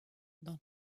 dans